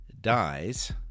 dies